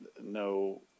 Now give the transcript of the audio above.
no